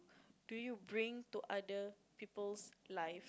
do you bring to other people's life